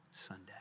Sunday